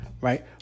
right